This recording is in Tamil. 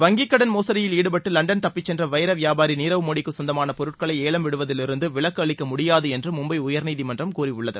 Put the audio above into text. வங்கி கடன் மோசடியில் ஈடுபட்டு லண்டன் தப்பிச் சென்ற வைர விபாபாரி நீரவ் மோடிக்கு சொந்தமான பொருட்களை ஏலம் விடுவதிலிருந்து விலக்கு அளிக்கமுடியாது என்று மும்பை உயர்நீதிமன்றம் கூறியுள்ளது